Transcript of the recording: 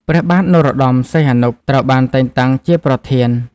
ព្រះបាទនរោត្តម សីហនុ ត្រូវបានតែងតាំងជាប្រធាន ។